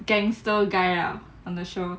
gangster guy ah on the show